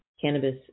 cannabis